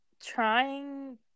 trying